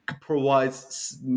provides